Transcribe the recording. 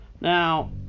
Now